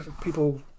people